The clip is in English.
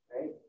right